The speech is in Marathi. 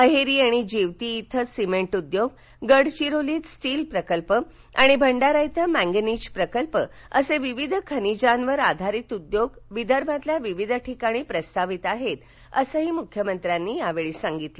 अहेरी आणि जिवती इथं सिमेंट उद्योग गडविरोलीत स्टील प्रकल्प आणि भंडारा इथं मॅगेनीज प्रकल्प असे विविध खानिजांवर आधारित उद्योग विदर्भातल्या विविध ठिकाणी प्रस्तावित आहेत असंही मुख्यमंत्र्यांनी यावेळी सांगितलं